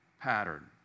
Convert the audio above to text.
pattern